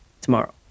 tomorrow